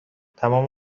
تمام